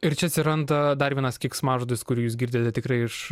ir čia atsiranda dar vienas keiksmažodis kurį jūs girdite tikrai iš